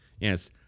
Yes